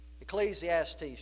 Ecclesiastes